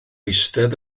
eistedd